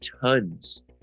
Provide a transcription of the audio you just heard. tons